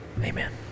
amen